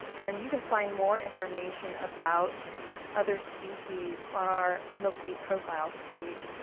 and you can find more information about other species on our milkweed profiles page,